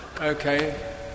okay